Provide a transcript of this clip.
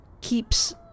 keeps